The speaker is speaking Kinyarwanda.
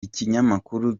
ikinyamakuru